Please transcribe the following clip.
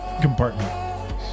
compartment